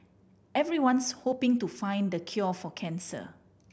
everyone's hoping to find the cure for cancer